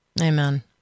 Amen